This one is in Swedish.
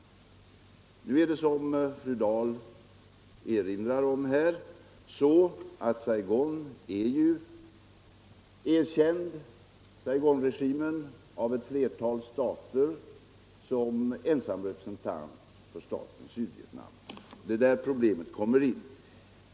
Nu är det, som fru Dahl erinrar om, så att Saigonregimen är erkänd av ett flertal stater som ensam representant för staten Sydvietnam. Det är där problemet kommer in.